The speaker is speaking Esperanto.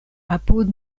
apud